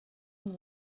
and